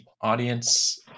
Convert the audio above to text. audience